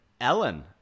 Ellen